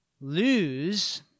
lose